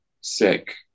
sick